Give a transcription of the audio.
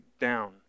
down